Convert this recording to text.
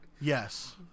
Yes